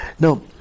Now